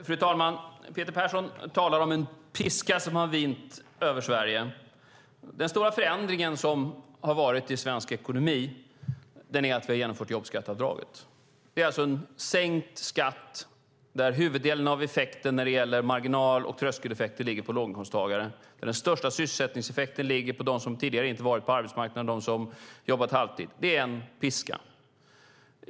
Fru talman! Peter Persson talar om en piska som har vinit över Sverige. Den stora förändringen som har skett i svensk ekonomi är att vi har genomfört jobbskatteavdraget. Det är alltså en sänkt skatt där huvuddelen av effekten när det gäller marginal och tröskeleffekter ligger på låginkomsttagare. Den största sysselsättningseffekten ligger på dem som tidigare inte varit på arbetsmarknaden och på dem som jobbat halvtid. Det är en piska.